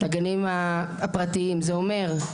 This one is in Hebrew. הגנים הפרטיים זה אומר,